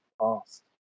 past